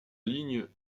ligne